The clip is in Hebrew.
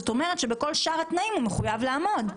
זאת אומרת שבכל ששאר התנאים הוא מחויב לעמוד.